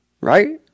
Right